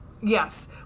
Yes